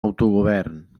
autogovern